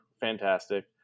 fantastic